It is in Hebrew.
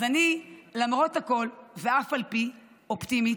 אז אני, למרות הכול ואף על פי, אופטימית,